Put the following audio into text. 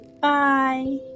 bye